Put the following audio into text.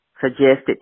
suggested